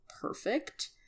perfect